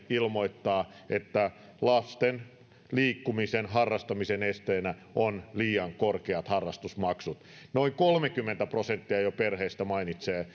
ilmoittaa että lasten liikkumisen harrastamisen esteenä on liian korkeat harrastusmaksut jo noin kolmekymmentä prosenttia perheistä mainitsee